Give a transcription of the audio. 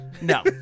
No